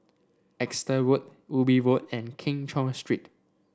Exeter Road Ubi Road and Keng Cheow Street